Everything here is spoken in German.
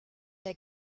der